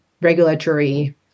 regulatory